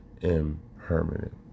impermanent